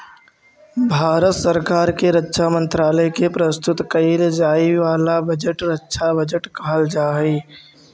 भारत सरकार के रक्षा मंत्रालय के लिए प्रस्तुत कईल जाए वाला बजट रक्षा बजट कहल जा हई